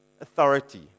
authority